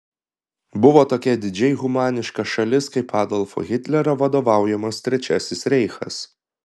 buvo tokia didžiai humaniška šalis kaip adolfo hitlerio vadovaujamas trečiasis reichas